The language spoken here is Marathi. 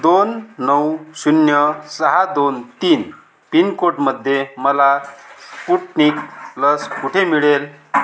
दोन नऊ शून्य सहा दोन तीन पिनकोडमध्ये मला स्पुटनिक लस कुठे मिळेल